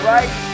Right